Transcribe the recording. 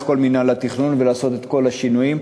כל מינהל התכנון ולעשות את כל השינויים.